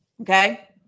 okay